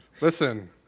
Listen